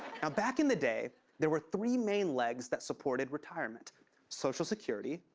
now, back in the day, there were three main legs that supported retirement social security,